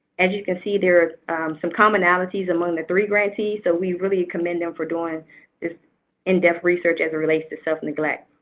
as you can see there are some commonalities among the three grantees so we really commend them for doing this in-depth research as it relates to self-neglect.